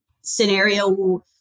scenario